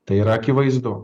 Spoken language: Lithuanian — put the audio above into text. tai yra akivaizdu